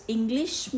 English